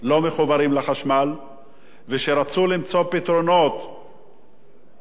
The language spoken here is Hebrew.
כשרצו למצוא פתרונות בעקבות השרפה בכרמל,